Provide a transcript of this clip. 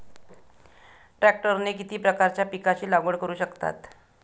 ट्रॅक्टरने किती प्रकारच्या पिकाची लागवड करु शकतो?